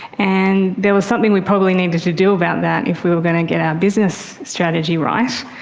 and there was something we probably needed to do about that if we were going to get our business strategy right.